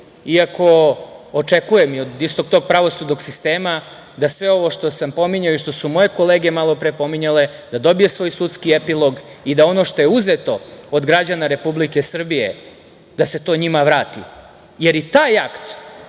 iako očekujem od istog tog pravosudnog sistema da sve ovo što sam pominjao i što su moje kolege malo pre pominjale, da dobije svoj sudski epilog i da ono što je uzeto od građana Republike Srbije, da se to njima vrati. Jer, i taj akt